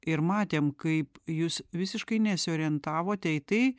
ir matėm kaip jūs visiškai nesiorientavote į tai